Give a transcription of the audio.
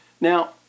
Now